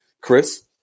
Chris